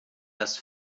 das